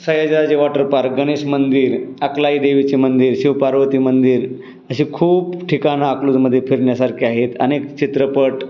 Sayajirao water park Ganesh मंदिर अकलाई देवीचे मंदिर शिवपार्वती मंदिर असे खूप ठिकाणं अकलूजमध्ये फिरण्यासारखे आहेत अनेक चित्रपट